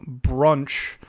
Brunch